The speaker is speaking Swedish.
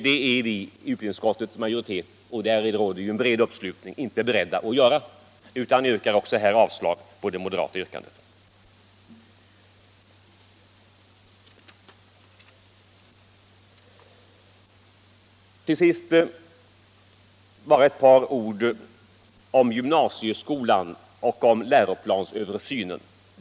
Det är vi i utbildningsutskottets majoritet — därom råder bred uppslutning —- inte beredda att göra utan vi avstyrker också här det moderata yrkandet. Till sist bara några ord om gymnasieskolan och om läroplansöversynen.